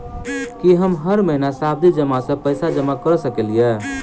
की हम हर महीना सावधि जमा सँ पैसा जमा करऽ सकलिये?